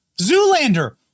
Zoolander